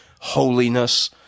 holiness